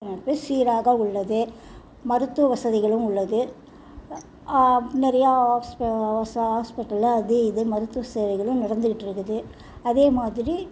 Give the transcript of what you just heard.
சீராக உள்ளது மருத்துவ வசதிகளும் உள்ளது நிறையா ஹாஸ்பிட்டலு அது இது மருத்துவ சேவைகளும் நடந்துகிட்டு இருக்குது அதே மாதிரி